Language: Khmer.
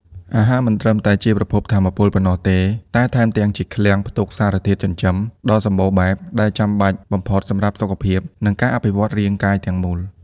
អាហារមិនត្រឹមតែជាប្រភពថាមពលប៉ុណ្ណោះទេ តែថែមទាំងជាឃ្លាំងផ្ទុក សារធាតុចិញ្ចឹម ដ៏សម្បូរបែបដែលចាំបាច់បំផុតសម្រាប់សុខភាព និងការអភិវឌ្ឍរាងកាយទាំងមូល។